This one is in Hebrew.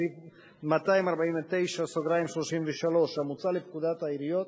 בסעיף 249(33) המוצע לפקודת העיריות,